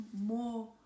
more